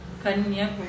Kanya